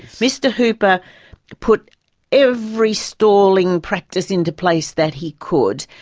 mr hooper put every stalling practice into place that he could,